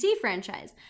franchise